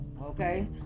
Okay